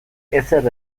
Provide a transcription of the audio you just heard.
ezer